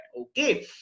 Okay